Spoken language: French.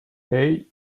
hey